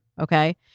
okay